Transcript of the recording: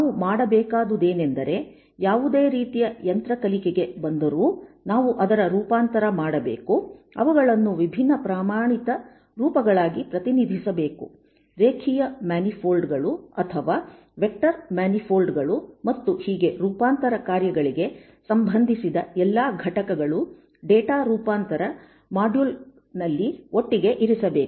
ನಾವು ಮಾಡಬೇಕಾದು ಏನೆಂದರೆ ಯಾವುದೇ ರೀತಿಯ ಡೇಟಾ ಯಂತ್ರಕಲಿಕೆಗೆ ಬಂದರು ನಾವು ಅದರ ರೂಪಾಂತರ ಮಾಡಬೇಕು ಅವುಗಳನ್ನು ವಿಭಿನ್ನ ಪ್ರಮಾಣಿತ ರೂಪಗಳಾಗಿ ಪ್ರತಿನಿಧಿಸಬೇಕು ರೇಖೀಯ ಮ್ಯಾನಿಫೋಲ್ಡ್ಗ ಗಳು ಅಥವಾ ವೆಕ್ಟರ್ ಮ್ಯಾನಿಫೋಲ್ಡ್ಗ ಗಳು ಮತ್ತು ಹೀಗೆ ಈ ರೂಪಾಂತರ ಕಾರ್ಯಗಳಿಗೆ ಸಂಬಂಧಿಸಿದ ಎಲ್ಲಾ ಘಟಕಗಳು ಡೇಟಾ ರೂಪಾಂತರ ಮಾಡ್ಯುಲ್ನಲ್ಲಿ ಒಟ್ಟಿಗೆ ಇರಿಸಬೇಕು